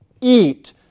Eat